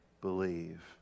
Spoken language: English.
believe